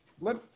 let